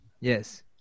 Yes